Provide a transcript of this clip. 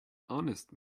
honest